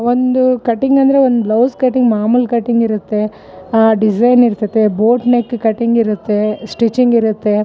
ಒಂದು ಕಟ್ಟಿಂಗ್ ಅಂದರೆ ಒಂದು ಬ್ಲೌಸ್ ಕಟ್ಟಿಂಗ್ ಮಾಮುಲಿ ಕಟ್ಟಿಂಗ್ ಇರುತ್ತೆ ಡಿಸೈನ್ ಇರ್ತತೆ ಬೋಟ್ ನೆಕ್ ಕಟ್ಟಿಂಗ್ ಇರುತ್ತೆ ಸ್ಟಿಚಿಂಗ್ ಇರುತ್ತೆ